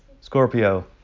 Scorpio